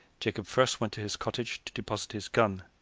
jacob first went to his cottage to deposit his gun,